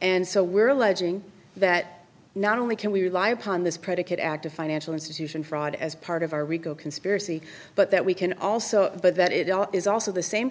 and so we're alleging that not only can we rely upon this predicate act of financial institution fraud as part of our rico conspiracy but that we can also but that it is also the same